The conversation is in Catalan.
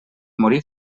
morir